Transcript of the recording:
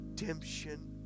redemption